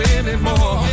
anymore